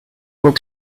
will